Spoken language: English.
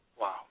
Wow